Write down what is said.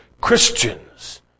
Christians